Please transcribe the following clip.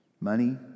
Money